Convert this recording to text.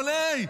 אבל הי,